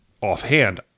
offhand